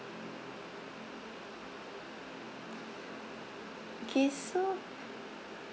okay so